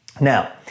Now